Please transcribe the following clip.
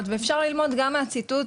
כי אנחנו לא פותחים לו גם תיק פלילי,